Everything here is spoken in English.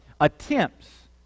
attempts